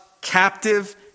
captive